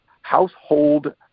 household